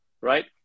right